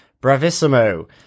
Bravissimo